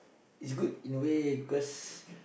it's good in a way because